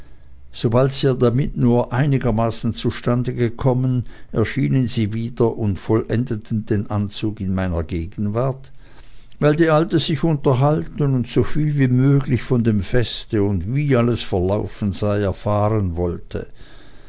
sobald sie aber damit nur einigermaßen zustande gekommen erschienen sie wieder und vollendeten den anzug in meiner gegenwart weil die alte sich unterhalten und soviel möglich von dem feste und wie alles verlaufen sei erfahren wollte